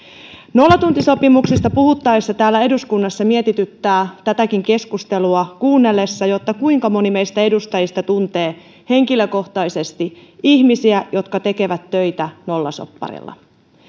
nollatuntisopimuksista puhuttaessa täällä eduskunnassa mietityttää tätäkin keskustelua kuunnellessa kuinka moni meistä edustajista tuntee henkilökohtaisesti ihmisiä jotka tekevät töitä nollasopparilla